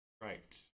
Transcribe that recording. right